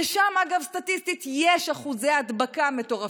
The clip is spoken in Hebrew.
ושם, אגב, סטטיסטית, יש אחוזי הדבקה מטורפים.